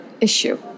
issue